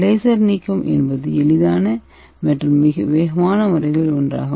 laser நீக்கம் என்பது எளிதான மற்றும் வேகமான முறைகளில் ஒன்றாகும்